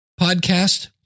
podcast